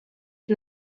eta